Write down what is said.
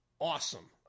awesome